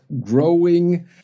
growing